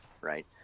Right